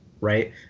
right